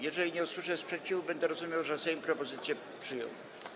Jeżeli nie usłyszę sprzeciwu, będę rozumiał, że Sejm propozycje przyjął.